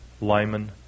Lyman